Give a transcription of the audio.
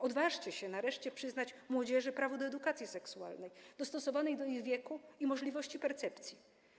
Odważcie się nareszcie przyznać młodzieży prawo do edukacji seksualnej dostosowanej do ich wieku i możliwości percepcji.